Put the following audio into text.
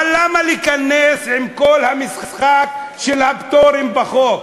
אבל למה להיכנס עם כל המשחק של הפטורים בחוק?